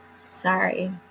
Sorry